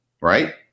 right